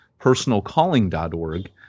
personalcalling.org